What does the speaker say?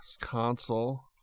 console